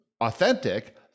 authentic